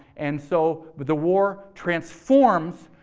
and so, but the war transforms